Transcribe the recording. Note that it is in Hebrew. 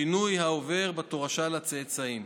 שינוי העובר בתורשה לצאצאים,